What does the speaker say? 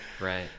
right